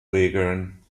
regeln